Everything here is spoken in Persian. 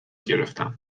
گرفتم